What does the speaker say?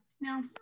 No